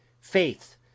faith